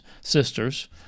sisters